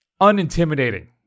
unintimidating